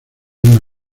onda